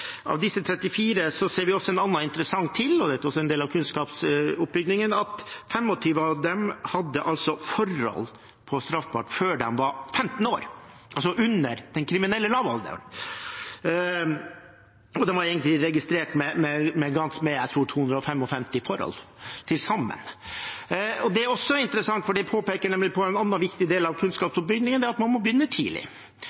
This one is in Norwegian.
Av disse 34 ser vi også en annen interessant ting – og det er også en del av kunnskapsoppbyggingen – og det var at 25 av dem hadde straffbare forhold før de var 15 år, altså under den kriminelle lavalderen, og de var egentlig registrert med, tror jeg, 255 forhold til sammen. Det er også interessant, for det peker på en annen viktig del av